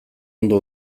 ondo